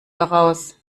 daraus